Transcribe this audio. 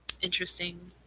interesting